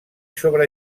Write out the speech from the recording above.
sobre